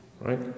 right